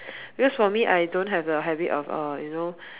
because for me I don't have the habit of uh you know